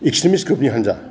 extremist ग्रुपनि हानजा